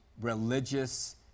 religious